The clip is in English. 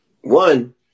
One